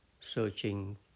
searching